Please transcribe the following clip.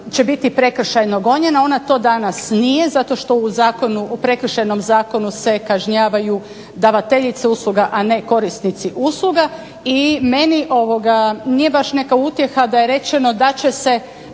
prekršajno gonjena. Ona to danas nije zato što u Prekršajnom zakonu se kažnjavaju davateljice usluga, a ne korisnici usluga. I meni nije baš neka utjeha da je rečeno da će se